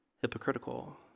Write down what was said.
hypocritical